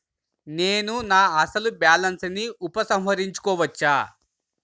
నేను నా అసలు బాలన్స్ ని ఉపసంహరించుకోవచ్చా?